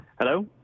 Hello